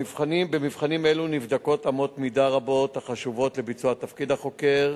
במבחנים אלו נבדקות אמות מידה רבות החשובות לביצוע תפקיד החוקר,